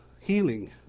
healing